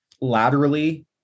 laterally